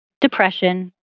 depression